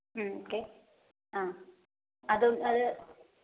okay ആ അതും അത്